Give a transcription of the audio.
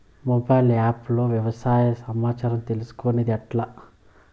Mobile app లో వ్యవసాయ సమాచారం తీసుకొనేది ఎట్లా?